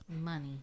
Money